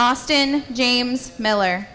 austin james miller